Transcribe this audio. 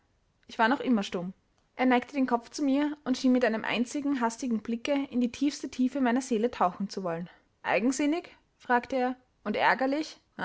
ich war noch immer stumm er neigte den kopf zu mir und schien mit einem einzigen hastigen blicke in die tiefste tiefe meiner seele tauchen zu wollen eigensinnig fragte er und ärgerlich